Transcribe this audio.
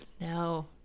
no